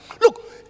look